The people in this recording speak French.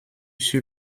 sur